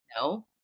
No